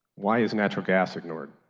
why is natural gas ignored?